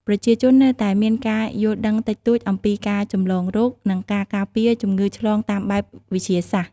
ប្រជាជននៅតែមានការយល់ដឹងតិចតួចអំពីការចម្លងរោគ និងការការពារជំងឺឆ្លងតាមបែបវិទ្យាសាស្ត្រ។